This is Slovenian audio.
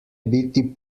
biti